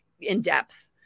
in-depth